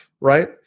right